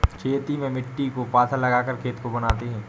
खेती में मिट्टी को पाथा लगाकर खेत को बनाते हैं?